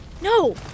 No